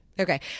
Okay